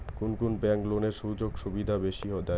কুন কুন ব্যাংক লোনের সুযোগ সুবিধা বেশি দেয়?